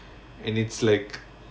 and it's like